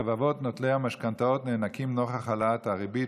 רבבות נוטלי המשכנתאות נאנקים נוכח העלאת הריבית,